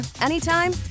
anytime